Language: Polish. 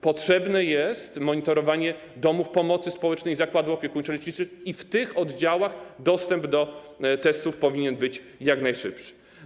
Potrzebne jest monitorowanie domów pomocy społecznej i zakładów opiekuńczo-leczniczych i w tych oddziałach dostęp do testów powinien być jak najszybszy.